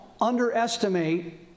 underestimate